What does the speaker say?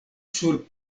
sur